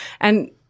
and-